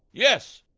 yes?